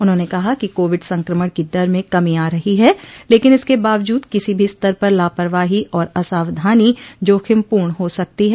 उन्होंने कहा कि कोविड संक्रमण की दर में कमी आ रही है लेकिन इसके बावजूद किसी भी स्तर पर लापरवाहो और असावधानी जोखिमपूर्ण हो सकती है